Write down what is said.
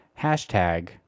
Hashtag